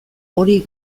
hori